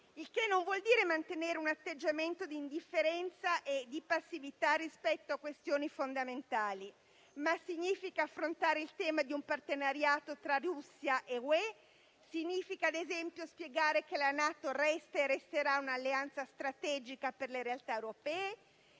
Ciò non vuol dire mantenere un atteggiamento di indifferenza e di passività rispetto a questioni fondamentali, ma significa affrontare il tema di un partenariato tra Russia e Unione europea, significa ad esempio spiegare che la NATO resta e resterà un'alleanza strategica per le realtà europee,